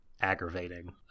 aggravating